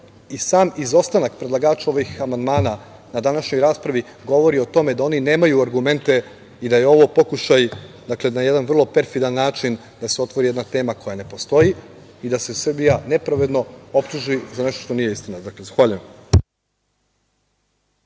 i sam izostanak predlagač ovih amandmana na današnjoj raspravi govori o tome da oni nemaju argumente i da je ovo pokušaj, dakle, na jedan vrlo perfidan način da se otvori jedna tema koja ne postoji i da se Srbija nepravedno optuži za nešto što nije istina. Zahvaljujem.